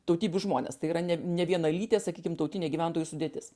tautybių žmonės tai yra ne nevienalytė sakykim tautinė gyventojų sudėtis